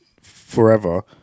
forever